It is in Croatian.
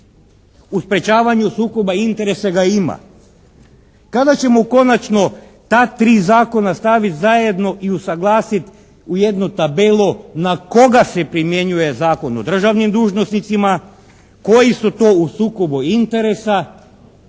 U sprječavanju sukoba interesa ga ima. Kada ćemo konačno ta 3 zakona staviti zajedno i usuglasit u jednu tabelu na koga se primjenjuje Zakon o državnim dužnosnicima, koji su to u sukobu interesa,